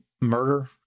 murder